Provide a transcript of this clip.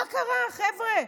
מה קרה, חבר'ה?